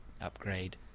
upgrade